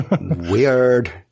Weird